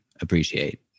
appreciate